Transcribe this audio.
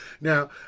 Now